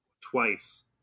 Twice